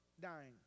dying